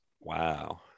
Wow